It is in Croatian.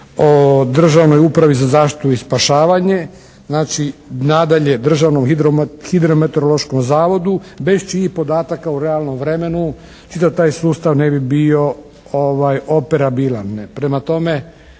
o Državnoj upravi za zaštitu i spašavanje, znači nadalje Državnog hidrometerološkom zavodu bez čijih podataka u realnom vremenu čitav taj sustav ne bi bio operabilan. Prema tome,